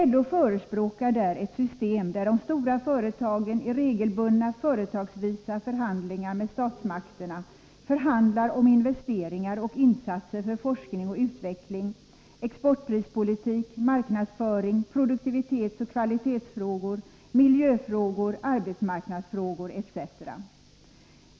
LO förespråkar där ett system, där de stora företagen i regelbundna företagsvisa förhandlingar med statsmakterna förhandlar om investeringar för forskning och utveckling, om exportprispolitik, marknadsföring, produktivitetsoch kvalitetsfrågor, miljöfrågor, arbetsmarknadsfrågor etc.